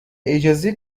اجازه